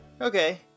Okay